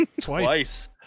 Twice